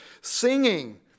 singing